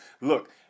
look